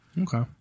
okay